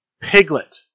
Piglet